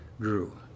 grew